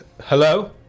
Hello